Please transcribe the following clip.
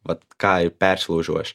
vat ką ir persilaužiau aš